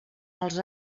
els